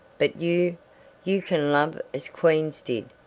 but you you can love as queens did,